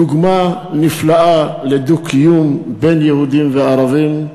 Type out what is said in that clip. דוגמה נפלאה לדו-קיום בין יהודים וערבים.